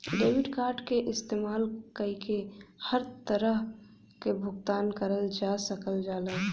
debit card क इस्तेमाल कइके हर तरह क भुगतान करल जा सकल जाला